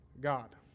God